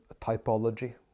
typology